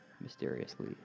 mysteriously